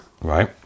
Right